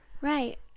Right